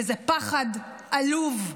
וזה פחד עלוב,